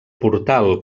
portal